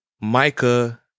Micah